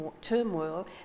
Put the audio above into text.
turmoil